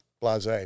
blase